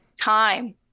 time